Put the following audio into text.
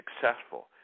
successful